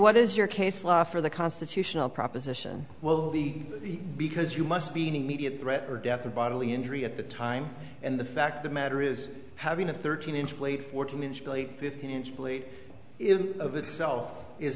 what is your case for the constitutional proposition well the because you must be eating meat at threat or death or bodily injury at the time and the fact the matter is having a thirteen inch plate fourteen inch blade fifteen inch blade in of itself is